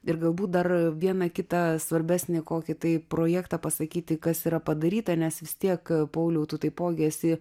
ir galbūt dar vieną kitą svarbesnį kokį tai projektą pasakyti kas yra padaryta nes vis tiek pauliau tu taipogi esi